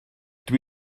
dwi